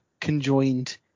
conjoined